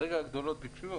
כרגע הגדולות ביקשו.